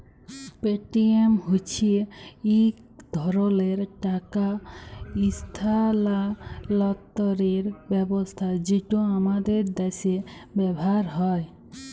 Paytm হছে ইক ধরলের টাকা ইস্থালাল্তরের ব্যবস্থা যেট আমাদের দ্যাশে ব্যাভার হ্যয়